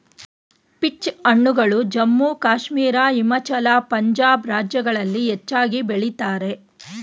peach ಹಣ್ಣುಗಳು ಜಮ್ಮು ಕಾಶ್ಮೀರ, ಹಿಮಾಚಲ, ಪಂಜಾಬ್ ರಾಜ್ಯಗಳಲ್ಲಿ ಹೆಚ್ಚಾಗಿ ಬೆಳಿತರೆ